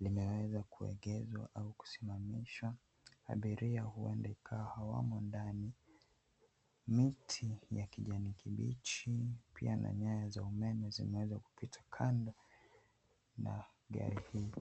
limeweza kuegezwa au kusimamishwa. Abiria huenda ikawa hawamo ndani. Miti ya kijani kibichi, pia na nyaya za umeme zimeweza kupita kando na gari hii.